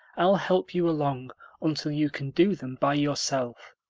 i'll help you along until you can do them by yourself.